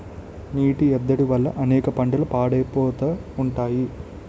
నీటి ఎద్దడి వల్ల అనేక పంటలు పాడైపోతా ఉంటాయి